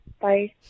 Bye